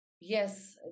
yes